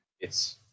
yes